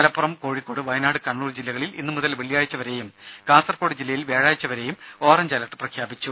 മലപ്പുറം കോഴിക്കോട് വയനാട് കണ്ണൂർ ജില്ലകളിൽ ഇന്നു മുതൽ വെള്ളിയാഴ്ച വരെയും കാസർകോട് ജില്ലയിൽ വ്യാഴാഴ്ച വരെയും ഓറഞ്ച് അലർട്ട് പ്രഖ്യാപിച്ചു